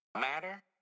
matter